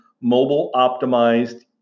mobile-optimized